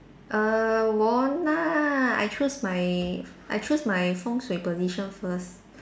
err won't lah I choose my I choose my fengshui position first